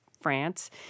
France